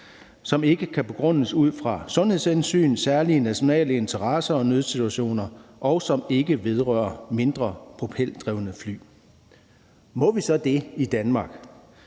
som ikke kan begrundes ud fra sundhedshensyn, særlige nationale interesser og nødsituationer, og som ikke vedrører mindre propeldrevne fly.« Må vi så det i Danmark?